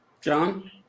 John